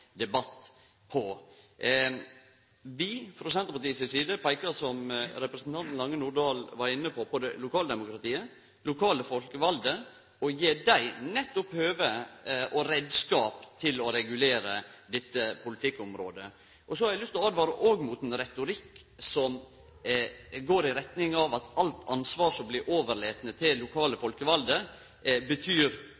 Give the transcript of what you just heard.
debatt på. Vi, frå Senterpartiets side, peiker på – som representanten Lange Nordahl var inne på – lokaldemokratiet, lokale folkevalde, og vil gje dei nettopp høve og reiskap til å regulere dette politikkområdet. Så har eg òg lyst til å åtvare mot ein retorikk som går i retning av at alt ansvar som blir overlate til lokale